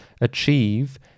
achieve